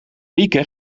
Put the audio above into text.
mieke